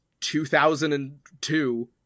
2002